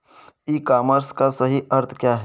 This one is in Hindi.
ई कॉमर्स का सही अर्थ क्या है?